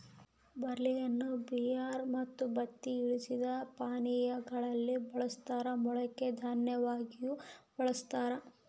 ಬಾರ್ಲಿಯನ್ನು ಬಿಯರ್ ಮತ್ತು ಬತ್ತಿ ಇಳಿಸಿದ ಪಾನೀಯಾ ಗಳಲ್ಲಿ ಬಳಸ್ತಾರ ಮೊಳಕೆ ದನ್ಯವಾಗಿಯೂ ಬಳಸ್ತಾರ